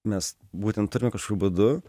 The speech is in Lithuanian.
mes būtent turime kažkokiu būdu